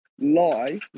Lie